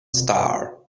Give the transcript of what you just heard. star